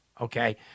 okay